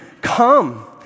come